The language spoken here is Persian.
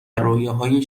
رویاهای